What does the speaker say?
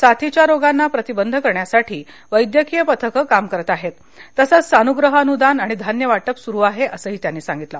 साथीच्या रोगांना प्रतिबंध करण्यासाठी वैद्यकीय पथक काम करत आहेत तसंच सानुग्रह अनुदान आणि धान्य वाटप सुरू आहे असं त्यांनी सांगितलं